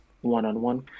one-on-one